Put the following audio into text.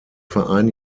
verein